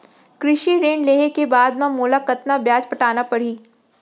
कृषि ऋण लेहे के बाद म मोला कतना ब्याज पटाना पड़ही?